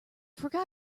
forgot